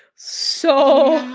so.